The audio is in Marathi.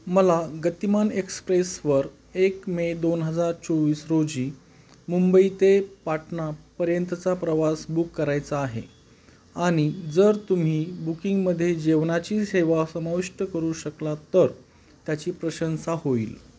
मला गतिमान एक्सप्रेसवर एक मे दोन हजार चोवीस रोजी मुंबई ते पाटणापर्यंतचा प्रवास बुक करायचा आहे आणि जर तुम्ही बुकिंगमध्ये जेवणाची सेवा समाविष्ट करू शकलात तर त्याची प्रशंसा होईल